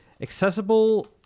accessible